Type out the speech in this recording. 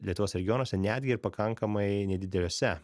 lietuvos regionuose netgi ir pakankamai nedideliuose